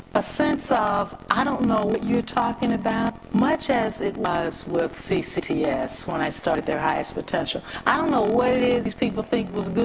a sense of, i don't know what you're talking about, much as it was with the ccts when i started, their highest potential. i don't know what it is these people think was good,